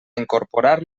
incorporar